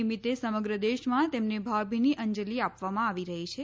નિમિત્તે સમગ્ર દેશમાં તેમને ભાવભીની અંજલી આપવામાં આવી રહી છે